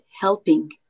helping